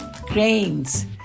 grains